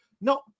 no